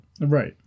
Right